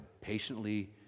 patiently